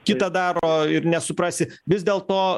kitą daro ir nesuprasi vis dėlto